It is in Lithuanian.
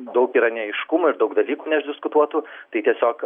daug yra neaiškumų ir daug dalykų neišdiskutuotų tai tiesiog